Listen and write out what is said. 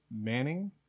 Manning